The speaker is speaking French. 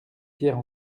pierre